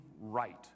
right